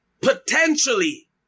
potentially